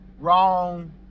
wrong